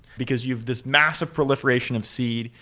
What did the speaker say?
because you have this massive proliferation of seed,